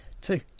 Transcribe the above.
Two